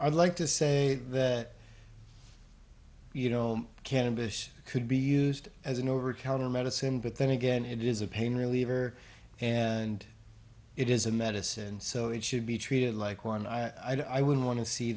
i'd like to say that you know cannabis could be used as an over counter medicine but then again it is a pain reliever and it is a medicine so it should be treated like one i wouldn't want to see